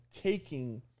taking